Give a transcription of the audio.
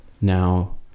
now